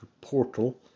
Portal